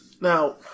Now